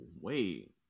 wait